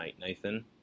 Nathan